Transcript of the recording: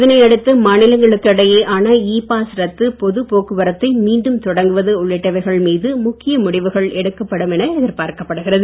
இதனை அடுத்து மாநிலங்களுக்கு இடையே ஆன ஈபாஸ் ரத்து பொதுப்போக்குவரத்தை மீண்டும் தொடங்குவது உள்ளிட்டவைகள் மீது முக்கிய முடிவுகள் எடுக்கப்படும் என எதிர்பார்க்கப்படுகிறது